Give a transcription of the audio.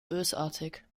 bösartig